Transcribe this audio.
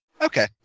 Okay